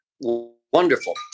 wonderful